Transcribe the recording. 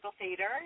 theater